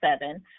seven